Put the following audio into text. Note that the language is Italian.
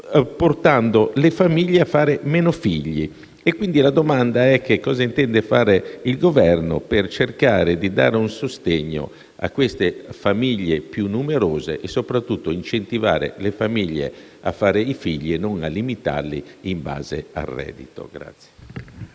portando le famiglie a fare meno figli. La domanda è cosa intenda fare il Governo per cercare di dare un sostegno a queste famiglie più numerose, soprattutto per incentivare le famiglie a fare figli e a non limitarli in base al reddito.